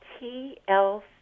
TLC